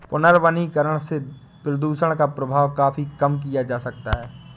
पुनर्वनीकरण से प्रदुषण का प्रभाव काफी कम किया जा सकता है